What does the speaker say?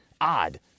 odd